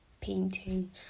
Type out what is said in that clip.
painting